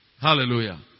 Hallelujah